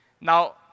Now